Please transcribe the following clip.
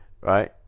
right